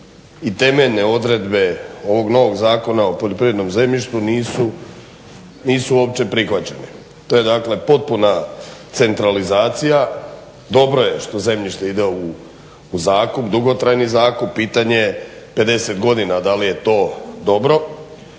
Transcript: i temeljne odredbe ovog novog Zakona o poljoprivrednom zemljištu nisu uopće prihvaćene. To je potpuna centralizacija. Dobro je što zemljište idu u zakup, dugotrajni zakup, pitanje je 50 godina da li je to dobro.